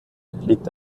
liegt